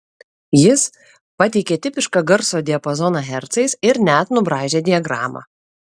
jis pateikė tipišką garso diapazoną hercais ir net nubraižė diagramą